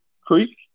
Creek